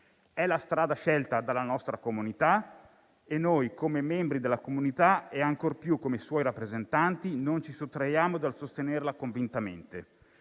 È la strada scelta dalla nostra comunità e noi come membri di essa, ancor più come suoi rappresentanti, non ci sottraiamo dal sostenerla convintamente.